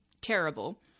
terrible